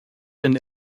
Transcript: and